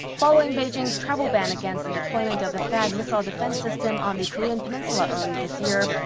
following beijing's travel ban against the deployment of the thaad missile defense system on the korean peninsula early this year,